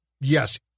Yes